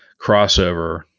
crossover